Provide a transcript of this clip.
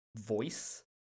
voice